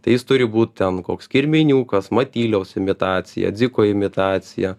tai jis turi būt ten koks kirminiukas matyliaus imitacija dziko imitacija